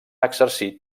exercir